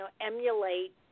emulate